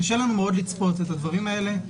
קשה לנו לצפות את הדברים האלה.